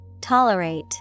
Tolerate